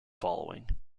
following